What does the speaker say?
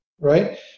Right